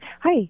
Hi